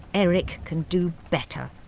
eric can do better,